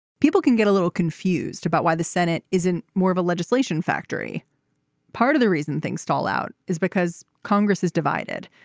people can get a little confused about why the senate isn't more of a legislation factory part of the reason things stall out is because congress is divided.